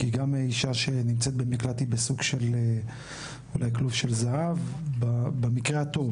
כי גם אישה שנמצאת במקלט היא בסוג של אולי כלוב של זהב במקרה הטוב.